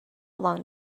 along